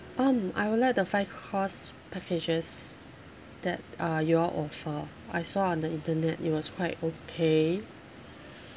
um I would like the five course packages that uh you all offer I saw on the internet it was quite okay